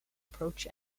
approach